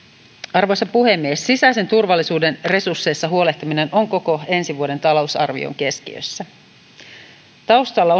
arvoisa puhemies sisäisen turvallisuuden resursseista huolehtiminen on koko ensi vuoden talousarvion keskiössä taustalla